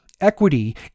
Equity